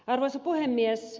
arvoisa puhemies